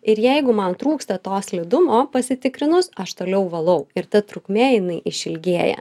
ir jeigu man trūksta to slidumo pasitikrinus aš toliau valau ir ta trukmė jinai išilgėja